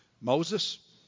Moses